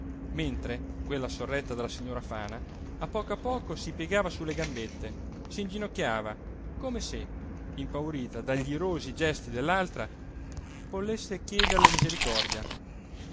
mentre quella sorretta dalla signora fana a poco a poco si piegava su le gambette s'inginocchiava come se impaurita dagl'irosi gesti dell'altra volesse chiederle misericordia